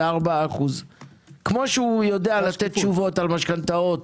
4%. כמו שהוא יודע לתת תשובות על משכנתאות